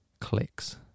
clicks